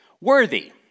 Worthy